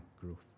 growth